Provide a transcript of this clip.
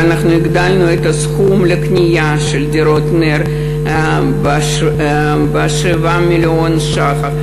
ואנחנו הגדלנו את הסכום לקנייה של דירות נ"ר ב-7 מיליון ש"ח.